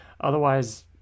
otherwise